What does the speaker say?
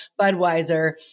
Budweiser